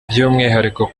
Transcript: by’umwihariko